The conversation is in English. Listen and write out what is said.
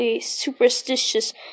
superstitious